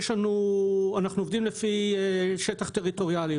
אנחנו עובדים לפי שטח טריטוריאלי,